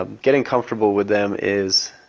ah getting comfortable with them is,